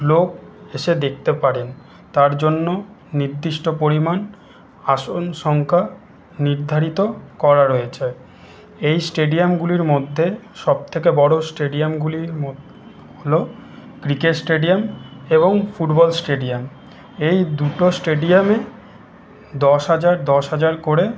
লোক এসে দেখতে পারেন তার জন্য নির্দিষ্ট পরিমাণ আসন সংখ্যা নির্ধারিত করা রয়েছে এই স্টেডিয়ামগুলির মধ্যে সব থেকে বড়ো স্টেডিয়ামগুলি হল ক্রিকেট স্টেডিয়াম এবং ফুটবল স্টেডিয়াম এই দুটো স্টেডিয়ামে দশ হাজার দশ হাজার করে